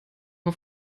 auf